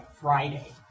Friday